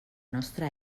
nostra